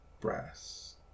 brass